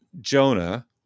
Jonah